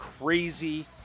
crazy